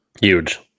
Huge